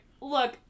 look